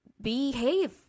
behave